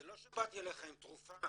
זה לא שבאתי אליך עם תרופה,